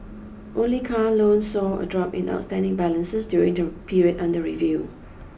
only car loans saw a drop in outstanding balances during the period under review